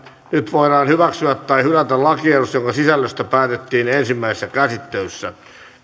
nyt voidaan hyväksyä tai hylätä lakiehdotus jonka sisällöstä päätettiin ensimmäisessä käsittelyssä